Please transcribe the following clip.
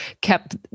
kept